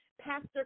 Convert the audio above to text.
Pastor